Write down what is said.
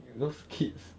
with those kids